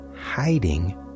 hiding